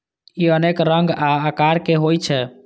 ई अनेक रंग आ आकारक होइ छै